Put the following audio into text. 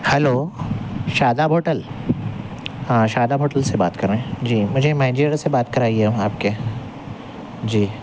hello Shadab hotel Shadab hotel سے بات کر رہے ہیں مجھے مینیجر سے بات کرائیے آپ کے جی